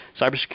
cybersecurity